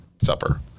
supper